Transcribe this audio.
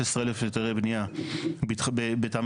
ולכן,